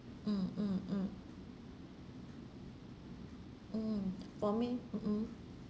mm mm mm mm for me mm mm